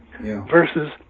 Versus